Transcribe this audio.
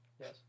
yes